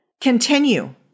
continue